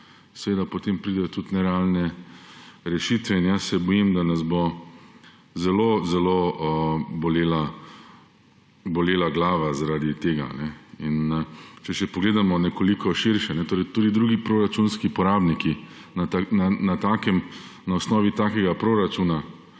seveda potem pridejo tudi nerealne rešitve. Bojim se, da nas bo zelo zelo bolela glava zaradi tega. Če še pogledamo nekoliko širše. Tudi drugi proračunski uporabniki na osnovi takega proračuna